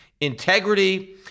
integrity